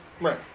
Right